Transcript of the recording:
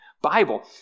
Bible